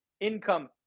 income